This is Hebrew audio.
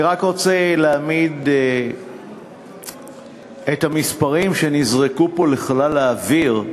אני רק רוצה, לגבי המספרים שנזרקו פה לחלל האוויר,